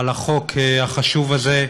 על החוק החשוב הזה.